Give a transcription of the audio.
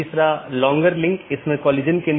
जिसके माध्यम से AS hops लेता है